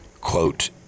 quote